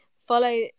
Follow